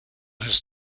his